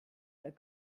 the